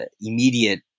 immediate